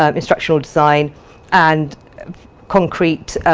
um instructional design and concrete